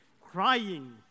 crying